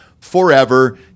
forever